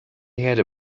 herde